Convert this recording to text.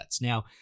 Now